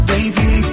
Baby